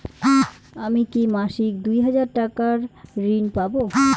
আমি কি মাসিক দুই হাজার টাকার ঋণ পাব?